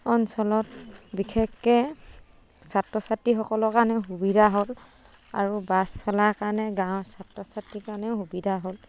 অঞ্চলত বিশেষকৈ ছাত্ৰ ছাত্ৰীসকলৰ কাৰণে সুবিধা হ'ল আৰু বাছ চলাৰ কাৰণে গাঁৱৰ ছাত্ৰ ছাত্ৰীৰ কাৰণেও সুবিধা হ'ল